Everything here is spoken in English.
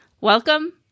Welcome